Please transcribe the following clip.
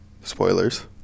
Spoilers